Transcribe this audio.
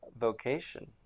vocation